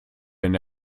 wenn